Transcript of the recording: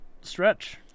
Stretch